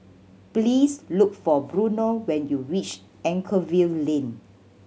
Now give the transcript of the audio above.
please look for Bruno when you reach Anchorvale Lane